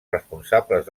responsables